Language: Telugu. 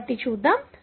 కాబట్టి చూద్దాం